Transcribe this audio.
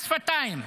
מס שפתיים.